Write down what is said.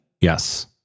Yes